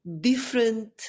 different